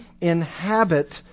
inhabit